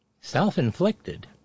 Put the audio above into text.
Self-inflicted